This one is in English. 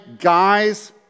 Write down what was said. guys